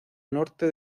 norte